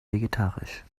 vegetarisch